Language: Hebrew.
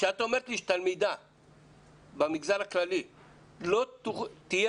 כשאת אומרת לי שתלמידה במגזר הכללי לא תהיה